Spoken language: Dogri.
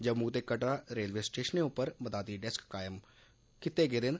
जम्मू ते कटड़ा रेलवे स्टेशनें उप्पर मदादी डेस्क कम्म करा'रदे न